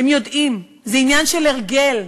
הם יודעים, זה עניין של הרגל,